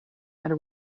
are